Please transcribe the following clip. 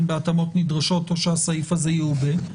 בהתאמות נדרשות או שהסעיף הזה יעובה,